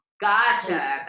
Gotcha